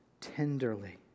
tenderly